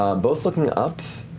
ah both looking up,